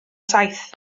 saith